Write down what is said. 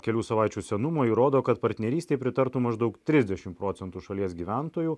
kelių savaičių senumo ji rodo kad partnerystei pritartų maždaug trisdešimt procentų šalies gyventojų